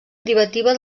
privativa